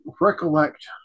recollect